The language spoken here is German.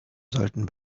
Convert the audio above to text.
sollten